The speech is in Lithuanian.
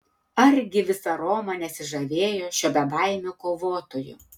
argi visa roma nesižavėjo šiuo bebaimiu kovotoju